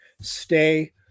stay